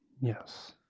Yes